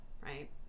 Right